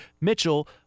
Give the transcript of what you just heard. Mitchell